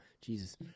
Jesus